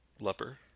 Leper